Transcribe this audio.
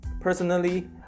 personally